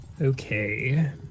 okay